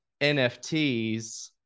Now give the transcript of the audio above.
NFTs